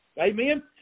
Amen